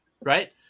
right